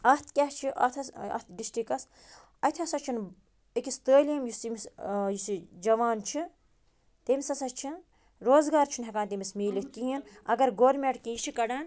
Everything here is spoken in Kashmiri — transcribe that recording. اَتھ کیٛاہ چھِ اَتھ حظ اَتھ ڈِسٹرکَس اَتہِ ہسا چھُنہٕ أکِس یعلیٖم یُس ییٚمِس یُس یہِ جوان چھِ تٔمِس ہسا چھِ روزگار چھِنہٕ ہٮ۪کان تٔمِس مِلِتھ کِہیٖنۍ اگر گورمنٹ کیٚنہہ یہِ چھِ کڑان